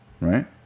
right